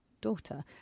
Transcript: daughter